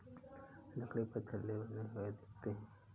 लकड़ी पर छल्ले बने हुए दिखते हैं